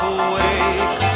awake